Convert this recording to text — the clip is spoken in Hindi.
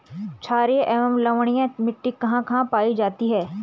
छारीय एवं लवणीय मिट्टी कहां कहां पायी जाती है?